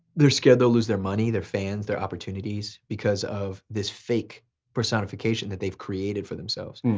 they're scared they'll lose their money, their fans, their opportunities, because of this fake personification that they've created for themselves.